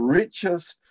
richest